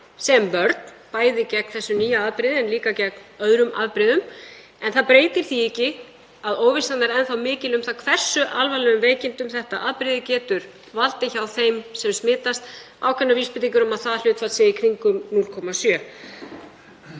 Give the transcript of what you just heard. sem vörn, bæði gegn þessu nýja afbrigði en líka gegn öðrum afbrigðum. Það breytir því ekki að óvissan er enn mikil um það hversu alvarlegum veikindum þetta afbrigði getur valdið hjá þeim sem smitast. Það eru ákveðnar vísbendingar um að það hlutfall sé í kringum 0,7%.